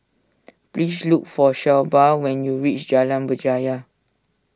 please look for Shelba when you reach Jalan Berjaya